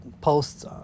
posts